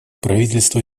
правительство